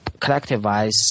collectivize